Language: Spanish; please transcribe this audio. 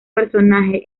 personaje